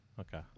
Okay